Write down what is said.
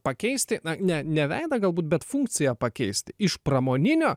pakeisti na ne ne veidą galbūt bet funkciją pakeist iš pramoninio